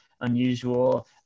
Unusual